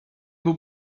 był